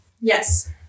Yes